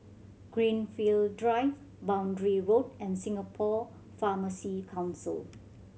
Greenfield Drive Boundary Road and Singapore Pharmacy Council